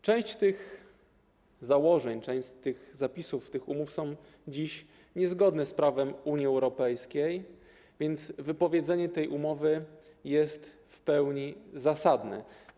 Część z tych założeń, część z zapisów tych umów jest dziś niezgodna z prawem Unii Europejskiej, więc wypowiedzenie tej umowy jest w pełni zasadne.